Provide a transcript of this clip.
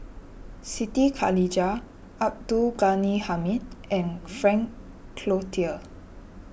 Siti Khalijah Abdul Ghani Hamid and Frank Cloutier